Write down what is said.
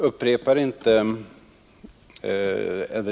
Herr talman!